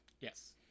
Yes